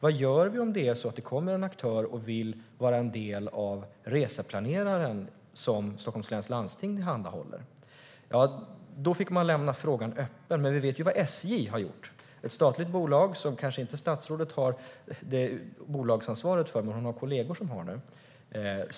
Vad gör vi om det kommer en aktör och vill vara en del av den reseplanerare som Stockholms läns landsting tillhandahåller? Då fick man lämna frågan öppen. Men vi vet vad SJ har gjort. Det är ett statligt bolag, som inte statsrådet har bolagsansvaret för. Men hon har kollegor som har det.